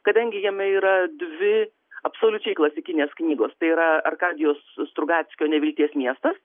kadangi jame yra dvi absoliučiai klasikinės knygos yra arkadijaus strugackio nevilties miestas